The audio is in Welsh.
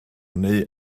neu